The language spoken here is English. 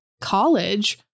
college